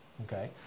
Okay